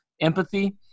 empathy